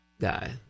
guy